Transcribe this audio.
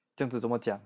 这样子怎么讲